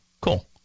cool